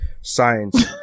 science